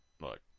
Look